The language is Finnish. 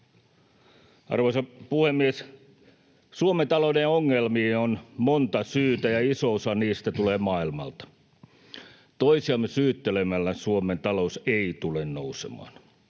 Arvoisa puhemies! Suomen talouden ongelmiin on monta syytä, ja iso osa niistä tulee maailmalta. Toisiamme syyttelemällä Suomen talous ei tule nousemaan.